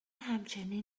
همچنین